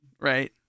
right